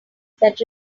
that